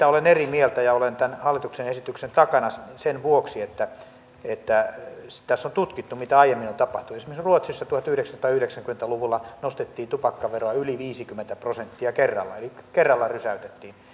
olen eri mieltä olen tämän hallituksen esityksen takana sen vuoksi että että tässä on tutkittu mitä aiemmin on tapahtunut esimerkiksi ruotsissa tuhatyhdeksänsataayhdeksänkymmentä luvulla nostettiin tupakkaveroa yli viisikymmentä prosenttia kerralla eli kerralla rysäytettiin